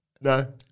No